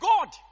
God